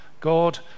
God